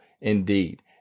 indeed